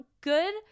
good